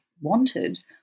wanted